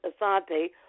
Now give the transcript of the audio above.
Asante